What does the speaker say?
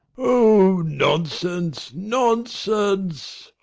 oh, nonsense, nonsense.